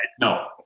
no